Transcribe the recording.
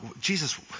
Jesus